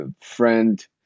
friend